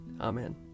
Amen